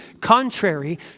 contrary